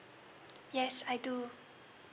yes I do